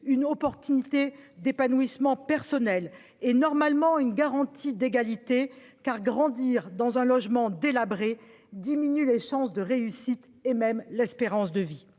une possibilité d'épanouissement personnel et, normalement, une garantie d'égalité, car grandir dans un logement délabré diminue les chances de réussite et même l'espérance de vie.